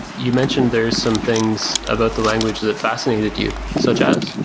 you mentioned there is some things about the language that fascinated you, such as?